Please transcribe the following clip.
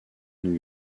new